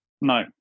No